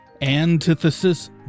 Antithesis